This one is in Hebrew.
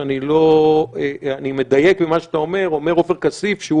אומר עופר כסיף,